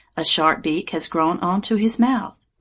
a sharp beak has grown on to his mouth.